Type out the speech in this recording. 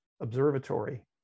Observatory